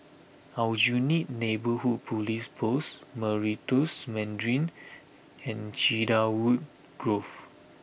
Aljunied Neighbourhood Police Post Meritus Mandarin and Cedarwood Grove